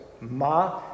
ma